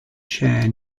share